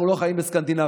אנחנו לא חיים בסקנדינביה.